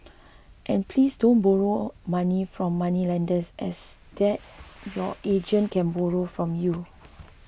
and please don't borrow money from moneylenders as there your agent can borrow from you